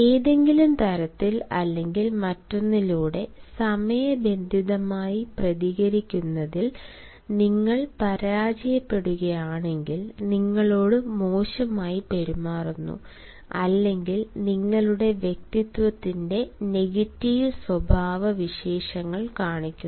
ഏതെങ്കിലും തരത്തിൽ അല്ലെങ്കിൽ മറ്റൊന്നിലൂടെ സമയബന്ധിതമായി പ്രതികരിക്കുന്നതിൽ നിങ്ങൾ പരാജയപ്പെടുകയാണെങ്കിൽ നിങ്ങളോട് മോശമായി പെരുമാറുന്നു അല്ലെങ്കിൽ നിങ്ങളുടെ വ്യക്തിത്വത്തിന്റെ നെഗറ്റീവ് സ്വഭാവവിശേഷങ്ങൾ കാണിക്കുന്നു